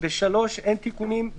ב-3 אין תיקונים.